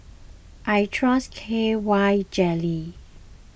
I trust K Y Jelly